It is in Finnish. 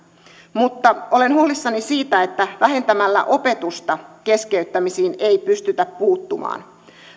mutta olen huolissani siitä että vähentämällä opetusta keskeyttämisiin ei pystytä puuttumaan